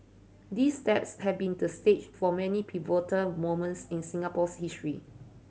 these steps had been the stage for many pivotal moments in Singapore's history